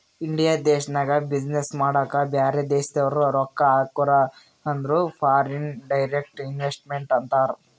India ದೇಶ್ನಾಗ business ಮಾಡಾಕ ಬ್ಯಾರೆ ದೇಶದವ್ರು ರೊಕ್ಕಾ ಹಾಕುರ್ ಅಂದುರ್ ಫಾರಿನ್ ಡೈರೆಕ್ಟ್ ಇನ್ವೆಸ್ಟ್ಮೆಂಟ್ ಅಂತಾರ್